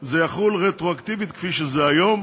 זה יחול רטרואקטיבית, כפי שזה היום.